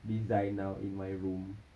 design now in my room